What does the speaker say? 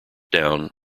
down